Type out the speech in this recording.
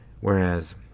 whereas